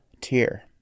tier